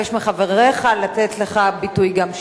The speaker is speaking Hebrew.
מבקשת ממך לשבת.